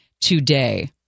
today